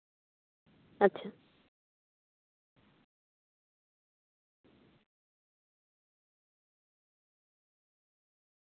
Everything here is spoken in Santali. ᱟᱪᱪᱷᱟ